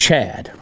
Chad